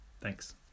Thanks